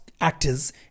actors